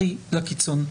הכי לקיצון.